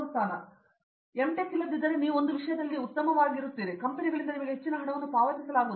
tech ಇಲ್ಲದಿದ್ದರೆ ನೀವು ಒಂದು ವಿಷಯದಲ್ಲಿ ಉತ್ತಮವಾಗಿರುತ್ತೀರಿ ಮತ್ತು ಕಂಪೆನಿಗಳಿಂದ ನಿಮಗೆ ಹೆಚ್ಚಿನ ಹಣವನ್ನು ಪಾವತಿಸಲಾಗುವುದು